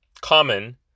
common